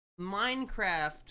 Minecraft